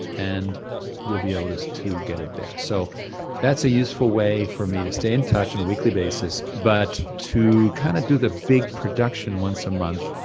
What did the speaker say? and you'll be able to to get it there. so that's a useful way for me to stay in touch on a weekly basis, but to kind of do the big production once a month,